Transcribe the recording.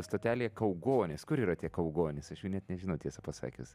stotelėje kaugonys kur yra tie kaugonys net nežinau tiesa pasakius